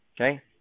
okay